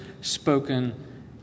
spoken